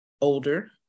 older